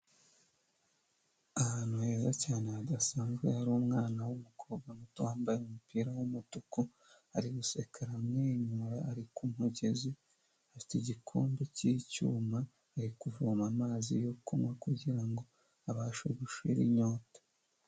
Ahantu heza cyane hadasanzwe hari umwana w'umukobwa muto wambaye umupira w'umutuku, ari guseka amwenyura ari ku mugezi, afite igikombe cy'icyuma, ari kuvoma amazi yo kunywa kugira ngo abashe gushira inyota.